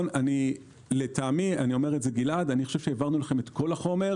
לטעמי, גלעד, העברנו את כל החומר.